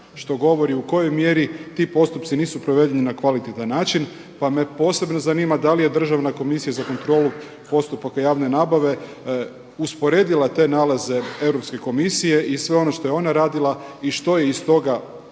što govori u kojoj mjeri ti postupci nisu provedeni na kvalitetan način pa me posebno zanima da li je Državna komisija za kontrolu postupaka javne nabave usporedila te nalaze Europske komisije i sve ono što je ona radila i što je iz toga